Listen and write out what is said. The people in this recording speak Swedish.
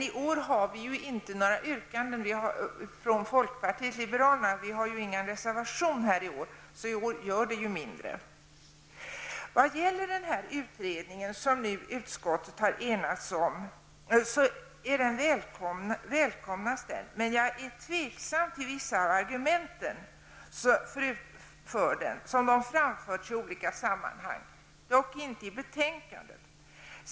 I år har vi dock inte några yrkanden från folkpartiet liberalerna. Vi har ingen reservation här i år, och därför gör det ju mindre. Den utredning som utskottet har enats om välkomnas, men jag är tveksam till vissa av de argument som har framförts i olika sammanhang, dock inte i betänkandet.